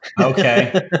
okay